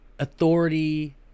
authority